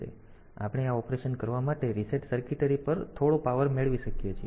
તેથી આપણે આ ઑપરેશન કરવા માટે રીસેટ સર્કિટરી પર થોડો પાવર મેળવી શકીએ છીએ